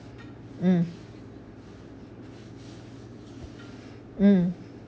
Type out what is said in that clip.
mm mm